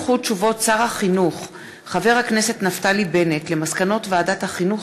שר החינוך חבר הכנסת נפתלי בנט על מסקנות ועדת החינוך,